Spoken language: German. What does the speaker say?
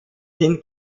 sind